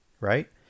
Right